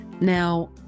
Now